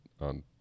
on